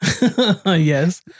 Yes